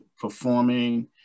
performing